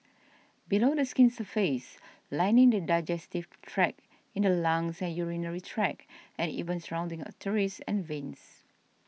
below the skin's surface lining the digestive tract in the lungs and urinary tract and even surrounding arteries and veins